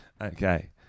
Okay